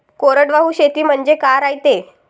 कोरडवाहू शेती म्हनजे का रायते?